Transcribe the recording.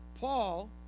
Paul